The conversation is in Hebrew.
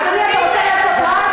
אדוני, אתה רוצה לעשות רעש?